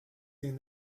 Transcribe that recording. seen